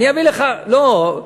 לא,